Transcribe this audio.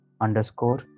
underscore